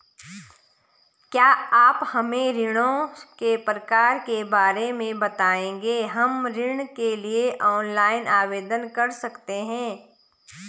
क्या आप हमें ऋणों के प्रकार के बारे में बताएँगे हम ऋण के लिए ऑनलाइन आवेदन कर सकते हैं?